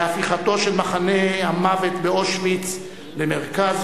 להפיכתו של מחנה המוות באושוויץ למרכז